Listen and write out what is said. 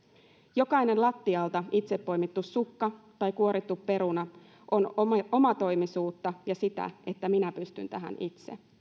jokainen lattialta itse poimittu sukka tai kuorittu peruna on omatoimisuutta ja sitä että minä pystyn tähän itse